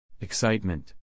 Excitement